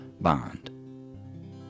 bond